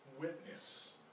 witness